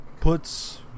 puts